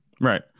Right